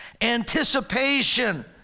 anticipation